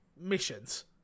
missions